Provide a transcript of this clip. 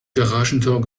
garagentor